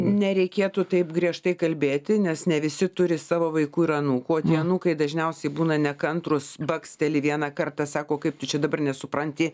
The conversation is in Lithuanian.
nereikėtų taip griežtai kalbėti nes ne visi turi savo vaikų ir anūkų anūkai dažniausiai būna nekantrūs baksteli vieną kartą sako kaip tu čia dabar nesupranti